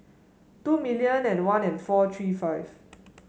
two million and one and four three five